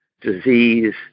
disease